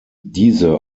diese